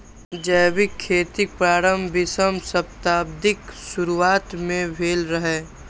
जैविक खेतीक प्रारंभ बीसम शताब्दीक शुरुआत मे भेल रहै